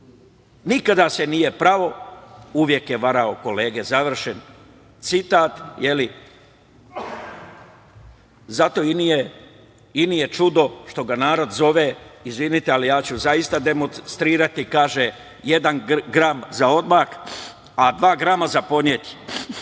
nikada se nije prao, uvek je varao kolege“, završen citat. Zato i nije čudo što ga narod zove, izvinite, ali ja ću zaista demostrirati, kaže: „Jedan gram za odmah, a dva grama za poneti“.